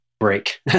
Break